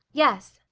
yes.